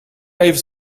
even